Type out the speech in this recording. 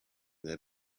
that